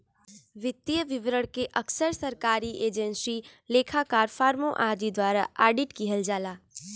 वित्तीय विवरण के अक्सर सरकारी एजेंसी, लेखाकार, फर्मों आदि द्वारा ऑडिट किहल जाला